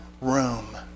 room